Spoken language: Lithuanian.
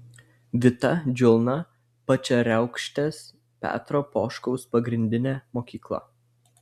vita džiulna pačeriaukštės petro poškaus pagrindinė mokykla